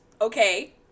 Okay